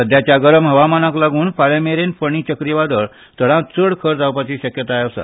सध्याच्या गरम हवामानाक लागून फाल्यां मेरेन फणी चक्रीवादळ चडांतचड खर जावपाची शक्यताय आसा